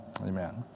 Amen